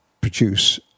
produce